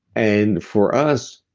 and for us,